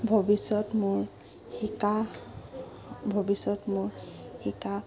ভৱিষ্যত মোৰ শিকা ভৱিষ্যত মোৰ শিকা